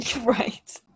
Right